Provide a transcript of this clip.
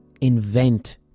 invent